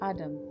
Adam